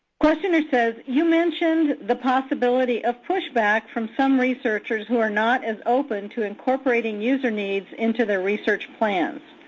questioner says you mentioned the possibility of pushback from some researchers who are not as open to incorporating user needs into their research plans.